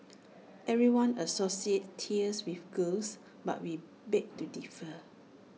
everyone associates tears with girls but we beg to differ